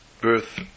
birth